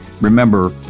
remember